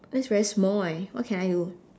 that's very small eh what can I do